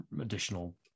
additional